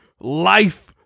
life